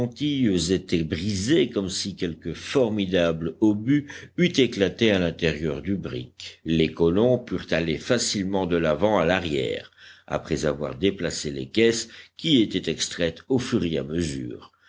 épontilles étaient brisées comme si quelque formidable obus eût éclaté à l'intérieur du brick les colons purent aller facilement de l'avant à l'arrière après avoir déplacé les caisses qui étaient extraites au fur et à mesure